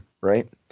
right